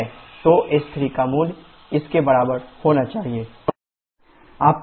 तो s3 का मूल्य इसके बराबर होना चाहिए s3sf